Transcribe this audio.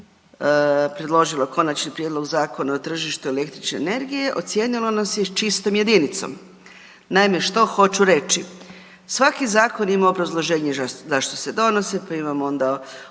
predložilo Konačni prijedlog Zakona o tržištu električne energije ocijenilo nas je čistom jedinicom. Naime, što hoću reći? Svaki zakon ima obrazloženje zašto se donosi, pa imamo onda odredbe